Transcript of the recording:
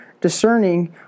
discerning